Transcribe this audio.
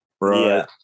Right